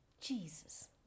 Jesus